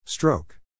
Stroke